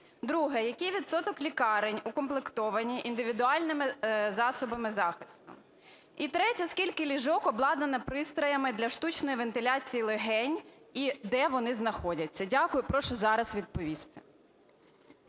Друге. Який відсоток лікарень укомплектований індивідуальними засобами захисту? І третє. Скільки ліжок обладнані пристроями для штучної вентиляції легень і де вони знаходяться? Дякую. Прошу зараз відповісти.